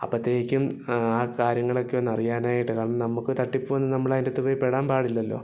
അപ്പത്തേക്കും ആ കാര്യങ്ങളൊക്കെ ഒന്ന് അറിയാനായിട്ടാണ് കാരണം നമുക്ക് തട്ടിപ്പൊന്നും നമ്മളതിന്റ അകത്ത് പോയി പെടാന് പാടില്ലല്ലൊ